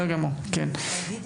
בבקשה,